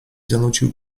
zanucił